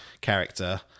character